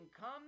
come